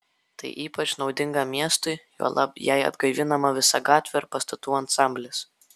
tai ypač naudinga miestui juolab jei atgaivinama visa gatvė ar pastatų ansamblis